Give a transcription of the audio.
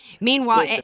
Meanwhile